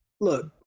look